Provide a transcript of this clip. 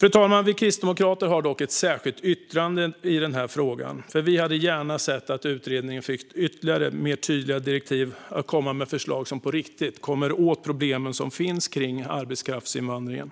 Fru talman! Vi kristdemokrater har ett särskilt yttrande i denna fråga. Vi hade gärna sett att utredningen fick ytterligare och tydligare direktiv att komma med förslag som på riktigt kommer åt de problem som finns med arbetskraftsinvandring.